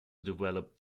developed